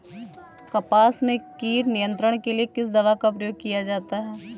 कपास में कीट नियंत्रण के लिए किस दवा का प्रयोग किया जाता है?